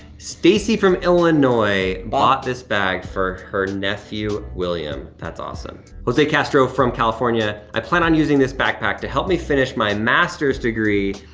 stacy from illinois bought bought this bag for her nephew, william. that's awesome. jose castro from california, i plan on using this backpack to help me finish my masters degree,